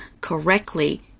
correctly